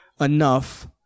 enough